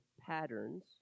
patterns